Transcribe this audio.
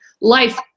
life